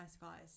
guys